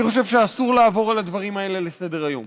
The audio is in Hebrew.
אני חושב שאסור לעבור על הדברים האלה לסדר-היום.